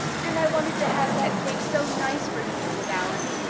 and i wanted to have that cake so nice for you, mrs. allan.